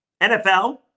NFL